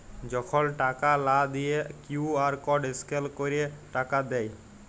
যখল টাকা লা দিঁয়ে কিউ.আর কড স্ক্যাল ক্যইরে টাকা দেয়